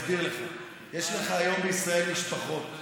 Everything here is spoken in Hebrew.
יש לך היום בישראל משפחות,